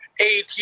eight